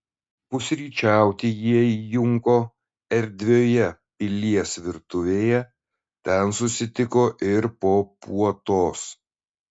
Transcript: pusryčiauti jie įjunko erdvioje pilies virtuvėje ten susitiko ir po puotos